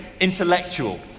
Intellectual